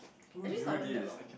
actually is not even that long